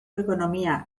ekonomia